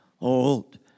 old